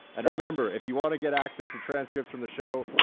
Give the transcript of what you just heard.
and remember, if you want to get access to transcripts from the show,